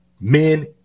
men